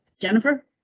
Jennifer